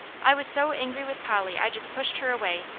i was so angry with polly i just pushed her away,